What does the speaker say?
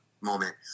moment